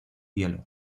hielo